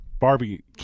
Barbie